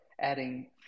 adding